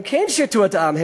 הם כן שירתו את העם,